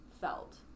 felt